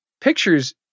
pictures